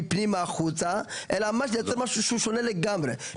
מפנימה החוצה אלא ממש לייצר משהו שהוא שונה לגמרי,